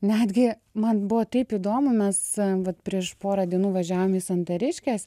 netgi man buvo taip įdomu mes vat prieš porą dienų važiavom į santariškes